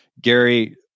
Gary